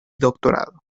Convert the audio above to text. doctorado